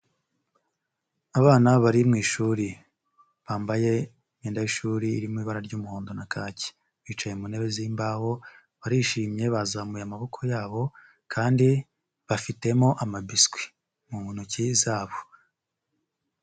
Abana bari mu ishuri, bambaye imyenda y'ishuri iri mu ibara ry'umuhondo na kaki, bicaye mu ntebe z'imbaho, barishimye bazamuye amaboko yabo kandi bafitemo amabiswi mu ntoki zabo.